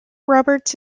roberts